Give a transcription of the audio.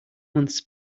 months